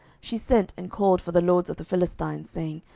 she sent and called for the lords of the philistines, saying,